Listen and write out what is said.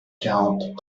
quarante